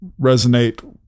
resonate